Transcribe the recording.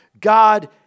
God